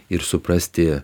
ir suprasti